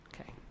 Okay